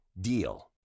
DEAL